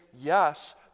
yes